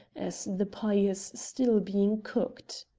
as the pie is still being cooked.